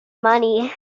money